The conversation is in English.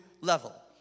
level